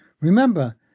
Remember